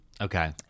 Okay